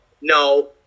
no